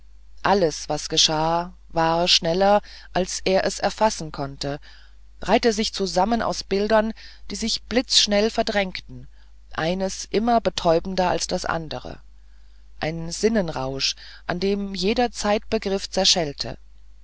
alles was geschah war schneller als er es erfassen konnte reihte sich zusammen aus bildern die sich blitzschnell verdrängten eines immer betäubender als das andere ein sinnenrausch an dem jeder zeitbegriff zerschellte